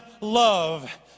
love